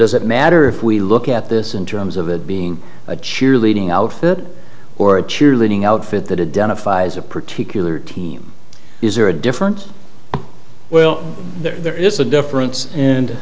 does it matter if we look at this in terms of it being a cheerleading outfit or a cheerleading outfit that had done a pfizer particular team is there a different well there is a difference and